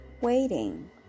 waiting